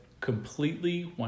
completely